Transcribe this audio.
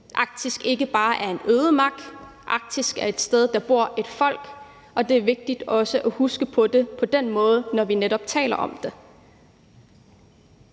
Arktis ikke bare er en ødemark. Arktis er et sted, hvor der bor et folk, og det er også vigtigt at huske på det på den måde, når vi taler om det.